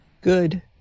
Good